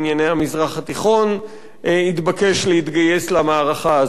המזרח התיכון התבקש להתגייס למערכה הזאת.